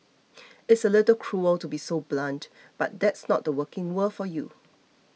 it's a little cruel to be so blunt but that's not the working world for you